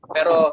Pero